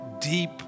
deep